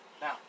Now